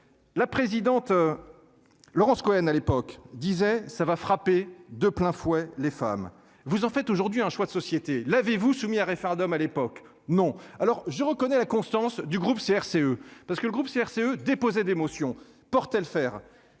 La présidente. Laurence Cohen à l'époque disait ça va frapper de plein fouet les femmes vous en faites aujourd'hui un choix de société. L'avez-vous soumis à référendum à l'époque non. Alors je reconnais la constance du groupe CRCE parce que le groupe CRCE déposer des motions porter le fer.